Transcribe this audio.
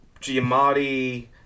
Giamatti